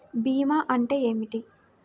భీమా అంటే ఏమిటి?